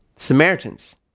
Samaritans